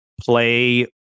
play